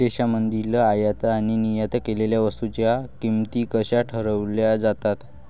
देशांमधील आयात आणि निर्यात केलेल्या वस्तूंच्या किमती कशा ठरवल्या जातात?